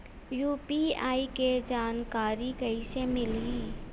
UPI के जानकारी कइसे मिलही?